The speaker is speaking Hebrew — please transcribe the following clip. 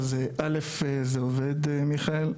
אז אל"ף זה עובד מיכאל,